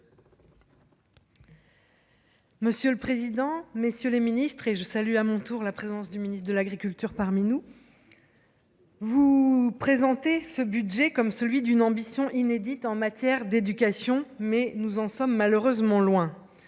Monsieur le président, messieurs les ministres, et je salue, à mon tour la présence du ministre de l'Agriculture parmi nous, vous présentez ce budget comme celui d'une ambition inédite en matière d'éducation mais nous en sommes malheureusement loin